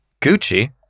Gucci